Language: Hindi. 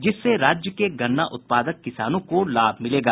जिससे राज्य के गन्ना उत्पादक किसानों को लाभ मिलेगा